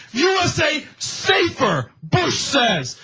usa safer, bush says.